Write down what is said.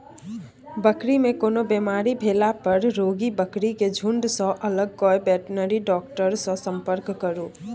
बकरी मे कोनो बेमारी भेला पर रोगी बकरी केँ झुँड सँ अलग कए बेटनरी डाक्टर सँ संपर्क करु